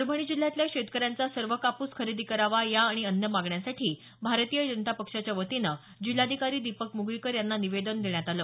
परभणी जिल्ह्यातल्या शेतकऱ्यांचा सर्व कापूस खरेदी करावा या आणि अन्य मागण्यांसाठी भारतीय जनता पक्षाच्यावतीने जिल्हाधिकारी दिपक मुगळीकर यांना निवेदन देण्यात आलं